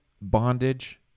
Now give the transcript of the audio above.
bondage